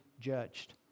judged